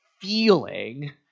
feeling